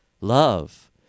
love